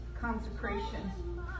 consecration